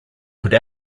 could